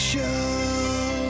Show